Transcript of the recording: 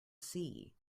see